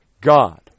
God